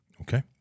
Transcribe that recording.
okay